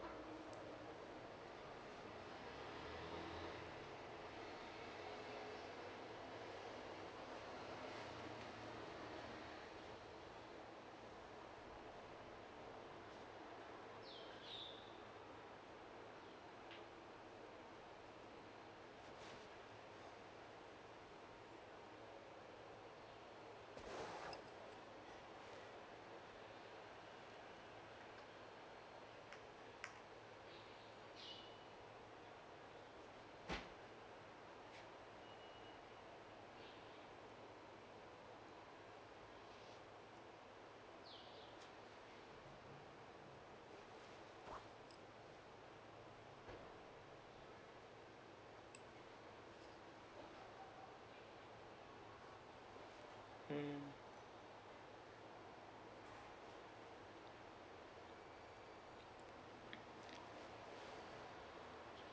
mm